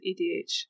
EDH